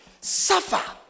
suffer